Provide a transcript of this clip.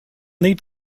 need